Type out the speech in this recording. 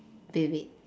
wait wait